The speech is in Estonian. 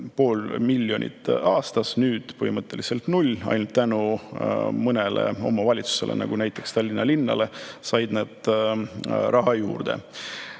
pool miljonit aastas, nüüd põhimõtteliselt null [eurot]. Ainult tänu mõnele omavalitsusele, nagu näiteks Tallinna linn, said nad raha juurde,